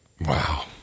Wow